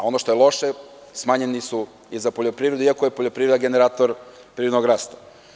Ono što je loše, smanjeni su i za poljoprivredu, iako je poljoprivreda generator privrednog rasta.